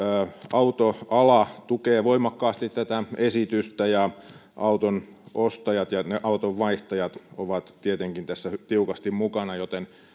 autoala tukee voimakkaasti tätä esitystä ja auton ostajat ja auton vaihtajat ovat tietenkin tässä tiukasti mukana joten